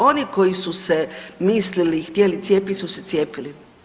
Oni koji su se mislili i htjeli cijepiti su se cijepili.